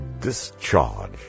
discharge